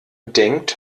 denkt